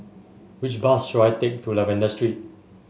which bus should I take to Lavender Street